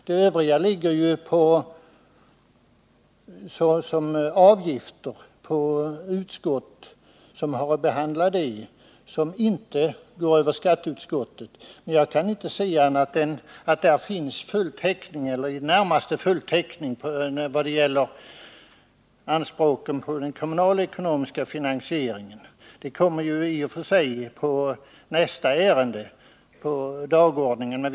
Det övriga gäller avgifter och behandlas av andra utskott; det går inte över skatteutskottet. Jag kan inte se annat än att det finns full täckning — eller i det närmaste full täckning — när det gäller anspråken på den kommunalekonomiska finansieringen. Det kommer i och för sig att tas upp i nästa ärende på föredragningslistan.